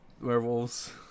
werewolves